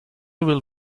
will